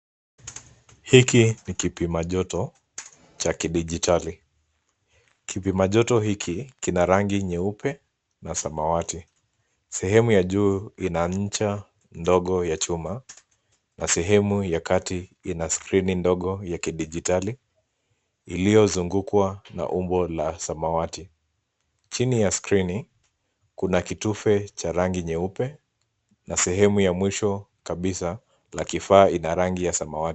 Hiki ni kipimajoto cha kidijitali. Kipimajoti hiki kina rangi nyeupe na samawati. Sehemu ya juu ina ncha ndogo ya chuma na sehemu ya kati ina skrini ndogo ya kidijitali iliyozungukwa na umbo la samawati. Chini ya skrini kuna kitufe cha rangi nyeupe na sehemu ya mwisho kabisa la kifaa ina rangi ya samawati.